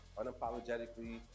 unapologetically